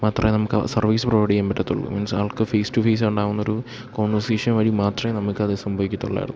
മാത്രമേ നമുക്ക് service provide ചെയ്യാൻ പറ്റുള്ളൂ മീൻസ് ആൾക്ക് ഫേസ് ടു ഫേസ് ഉണ്ടാകുന്നൊരു കോൺവർസേഷൻ വഴി മാത്രമേ നമുക്കത് സംഭവിക്കുകയുള്ളുവായിരുന്നു